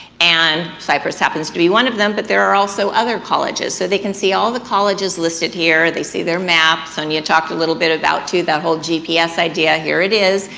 and, cypress happens to be one of them, but there are also other colleges, so they can see all the colleges listed here, they see their maps, and you talked a little bit about too that whole gps idea. here it is,